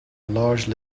large